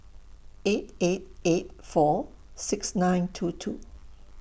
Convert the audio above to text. eight eight eight four six nine two two